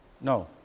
No